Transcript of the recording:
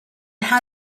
how